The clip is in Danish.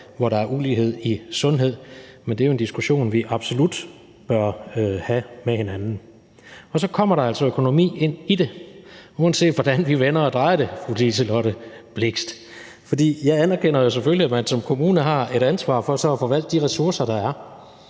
hvor der er ulighed i sundhed, men det er jo en diskussion, vi absolut bør have med hinanden. Så der kommer altså økonomi ind i det, uanset hvordan vi vender og drejer det, fru Liselott Blixt. Jeg anerkender selvfølgelig, at man som kommune har et ansvar for så at forvalte de ressourcer, der er,